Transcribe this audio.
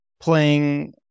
playing